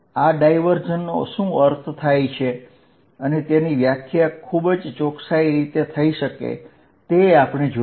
આ ડાયવર્જન્સનો શું અર્થ થાય છે અને તેની વ્યાખ્યા ખૂબ જ ચોક્કસ રીતે થઈ શકે તે આપણે જોયું